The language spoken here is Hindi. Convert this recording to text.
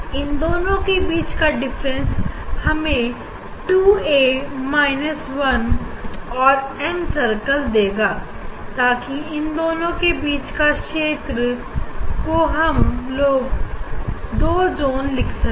इन दोनों के बीच का डिफरेंस हमें टू ए माइनस वन और एम सर्कल देगा ताकि इन दोनों के बीच का क्षेत्र को हम लोग 2 जून लिख सकें